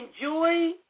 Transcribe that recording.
enjoy